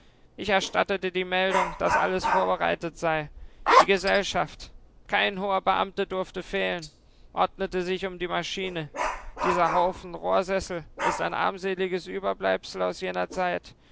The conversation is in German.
ich erstattete die meldung daß alles vorbereitet sei die gesellschaft kein hoher beamte durfte fehlen ordnete sich um die maschine dieser haufen rohrsessel ist ein armseliges überbleibsel aus jener zeit